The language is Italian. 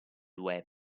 web